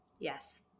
Yes